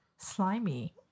Slimy